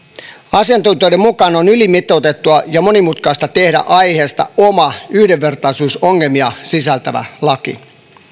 asiantuntijoiden mukaan on ylimitoitettua ja monimutkaista tehdä aiheesta oma yhdenvertaisuusongelmia sisältävä laki